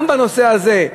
גם בנושא הזה,